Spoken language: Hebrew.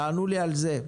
תענו לי על זה.